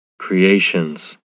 CREATIONS